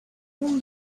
won